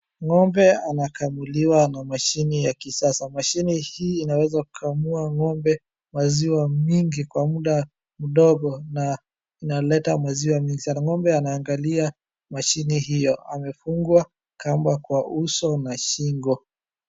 Ng'ombe anakamuliwa na mashine ya kisasa. Mashine hii inaweza kamua ng'ombe maziwa mingi kwa muda mdogo na inaleta maziwa mingi sana. Ng'ombe anaangalia mashine hiyo, amefungwa kamba kwa uso na shingo.